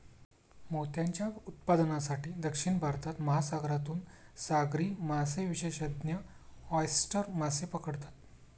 मोत्यांच्या उत्पादनासाठी, दक्षिण भारतात, महासागरातून सागरी मासेविशेषज्ञ ऑयस्टर मासे पकडतात